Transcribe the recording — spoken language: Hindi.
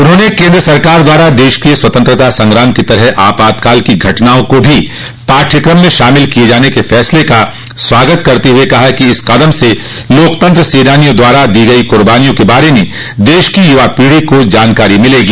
उन्होंने केन्द्र सरकार द्वारा देश के स्वतंत्रता संग्राम की तरह आपातकाल की घटनाओं को भी पाठ्यक्रम में शामिल किये जाने के फैसले का स्वागत करते हुए कहा कि इस कदम से लोकतंत्र सेनानियों द्वारा दी गई कुर्बानियों के बारे में देश की युवा पीढ़ी को जानकारी मिलेगी